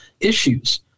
issues